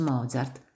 Mozart